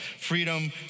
freedom